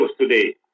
today